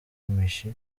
kamichi